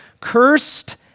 Cursed